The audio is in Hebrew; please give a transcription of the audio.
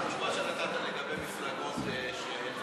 מה התשובה שנתת לגבי מפלגות שאין להם